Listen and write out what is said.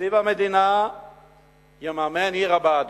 כזה סיפור שתקציב המדינה יממן את עיר הבה"דים,